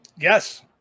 Yes